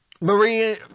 Maria